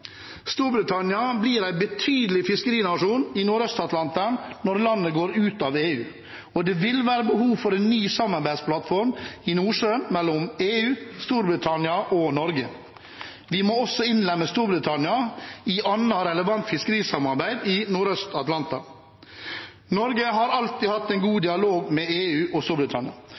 Storbritannia blir en betydelig fiskerinasjon i Nordøst-Atlanteren når landet går ut av EU, og det vil være behov for en ny samarbeidsplattform i Nordsjøen mellom EU, Storbritannia og Norge. Vi må også innlemme Storbritannia i annet relevant fiskerisamarbeid i Nordøst-Atlanteren. Norge har alltid hatt en god dialog med EU og Storbritannia,